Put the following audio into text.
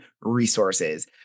resources